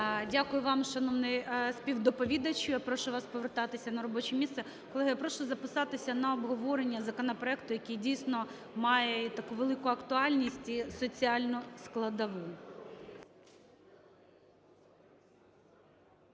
Дякую, вам шановний співдоповідач. Я прошу вас повертатися на робоче місце. Колеги, прошу записатися на обговорення законопроекту, який дійсно має таку велику актуальність і соціальну складову.